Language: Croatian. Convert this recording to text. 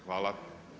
Hvala.